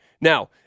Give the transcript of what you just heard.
Now